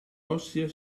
ossea